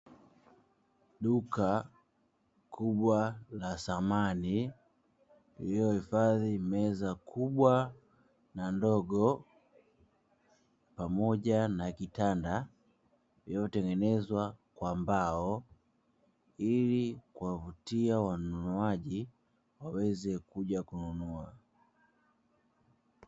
Duka kubwa la samani iliyohifadhi meza kubwa na ndogo pamoja na kitanda iliyotengenezwa kwa mbao, ili waweze kuvutia wanunuaji ili waje kununua.